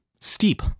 steep